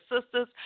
sisters